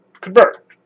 convert